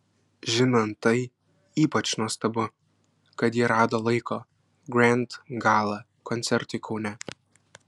žinant tai ypač nuostabu kad ji rado laiko grand gala koncertui kaune